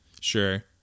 Sure